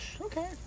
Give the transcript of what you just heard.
okay